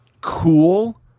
cool